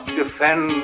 defend